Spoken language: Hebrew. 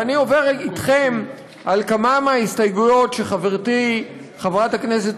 אני עובר אתכם על כמה מההסתייגות שחברתי חברת הכנסת